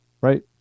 right